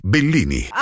Bellini